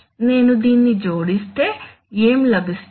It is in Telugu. నేను దీన్ని జోడిస్తే ఏమి లభిస్తుంది